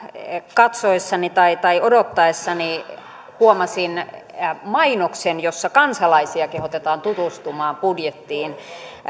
katsoessani tai odottaessani huomasin mainoksen jossa kansalaisia kehotetaan tutustumaan budjettiin